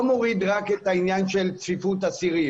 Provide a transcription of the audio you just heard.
מוריד רק את העניין של צפיפות אסירים